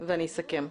ואני אסכם.